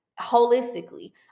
holistically